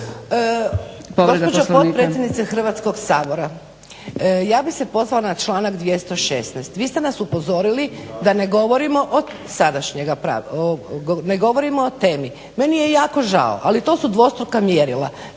Gospođo potpredsjednice Hrvatskog sabora, ja bih se pozvala na članak 216. Vi ste nas upozorili da ne govorimo o temi. Meni je jako žao ali to su dvostruka mjerila.